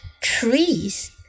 trees